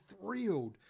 thrilled